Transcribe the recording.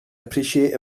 appreciate